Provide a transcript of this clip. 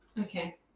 okay